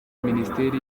minisiteri